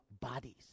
bodies